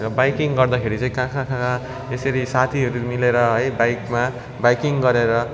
र बाइकिङ गर्दाखेरि चाहिँ कहाँ कहाँ यसरी साथीहरू मिलेर है बाइकमा बाइकिङ गरेर